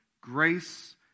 grace